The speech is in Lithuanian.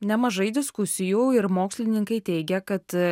nemažai diskusijų ir mokslininkai teigia kad